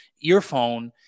earphone